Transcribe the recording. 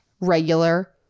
regular